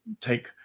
take